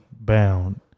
bound